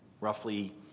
roughly